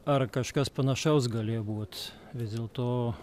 ar kažkas panašaus galėjo būt vis dėlto